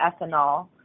ethanol